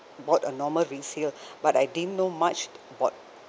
bought a normal resale but I didn't know much about